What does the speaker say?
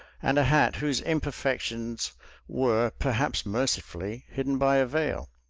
and a hat whose imperfections were perhaps mercifully hidden by a veil,